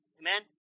Amen